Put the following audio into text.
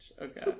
okay